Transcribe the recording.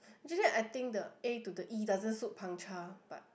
actually I think the A to the E doesn't suit Pang-Cha but